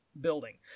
building